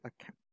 account